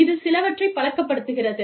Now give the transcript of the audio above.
இது சிலவற்றை பழக்கப்படுத்துகிறது